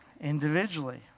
individually